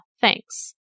Thanks